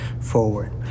forward